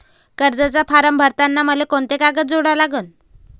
कर्जाचा फारम भरताना मले कोंते कागद जोडा लागन?